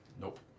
Nope